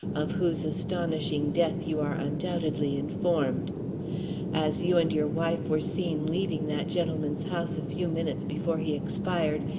of whose astonishing death you are undoubtedly informed as you and your wife were seen leaving that gentleman's house a few minutes before he expired,